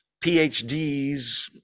PhDs